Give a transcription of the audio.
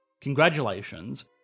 Congratulations